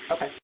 Okay